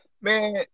Man